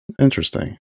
Interesting